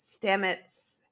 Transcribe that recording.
Stamets